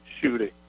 shooting